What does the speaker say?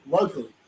locally